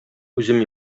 үзем